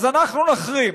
אז אנחנו נחרים.